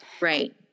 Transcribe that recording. Right